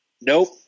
Nope